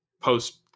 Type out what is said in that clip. post